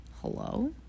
Hello